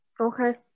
okay